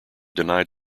denied